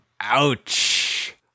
Ouch